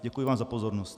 Děkuji vám za pozornost.